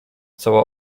cała